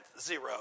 zero